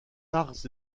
arts